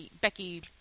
Becky